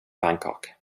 bangkok